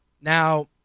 now